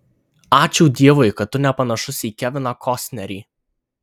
ačiū dievui kad tu nepanašus į keviną kostnerį